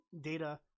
data